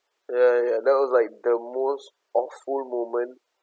ya ya that was like the most awful moment